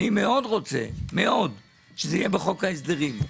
אני מאוד רוצה, מאוד, שזה יהיה בחוק ההסדרים.